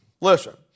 Listen